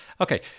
Okay